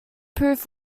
proof